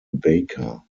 baker